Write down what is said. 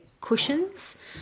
cushions